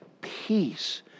peace